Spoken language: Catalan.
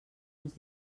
uns